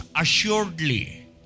assuredly